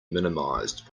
minimized